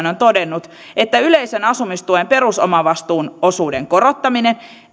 on todennut että yleisen asumistuen perusomavastuun osuuden korottaminen